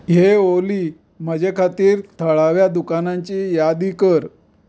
हेय ऑली म्हजे खातीर थळाव्या दुकानांची यादी कर